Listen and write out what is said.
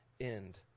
end